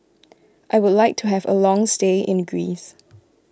I would like to have a long stay in Greece